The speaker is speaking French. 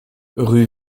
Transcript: rue